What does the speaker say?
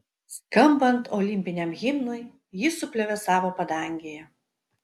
skambant olimpiniam himnui ji suplevėsavo padangėje